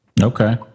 Okay